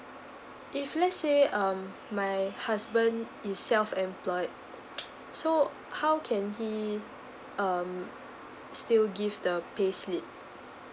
if let's say um my husband is self employed so how can he um still give the payslip